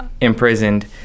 imprisoned